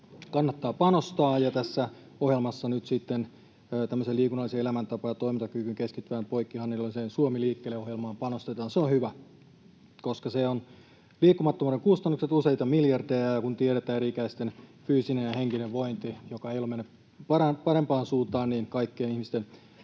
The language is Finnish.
kannattaa panostaa, ja tässä ohjelmassa nyt sitten tämmöiseen liikunnalliseen elämäntapaan ja toimintakykyyn keskittyvään poikkihallinnolliseen Suomi liikkeelle ‑ohjelmaan panostetaan. Se on hyvä, koska liikkumattomuuden kustannukset ovat useita miljardeja, ja kun tiedetään eri-ikäisten fyysinen ja henkinen vointi, joka ei ole mennyt parempaan suuntaan, niin kaikkien ihmisten